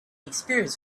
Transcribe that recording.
experience